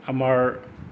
আমাৰ